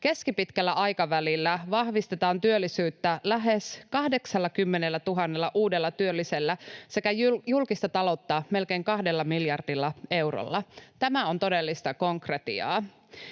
keskipitkällä aikavälillä vahvistetaan työllisyyttä lähes 80 000 uudella työllisellä sekä julkista taloutta melkein kahdella miljardilla eurolla. Tämä on todellista konkretiaa.